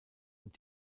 und